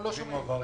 התקציבים מועברים.